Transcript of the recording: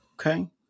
okay